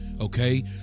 okay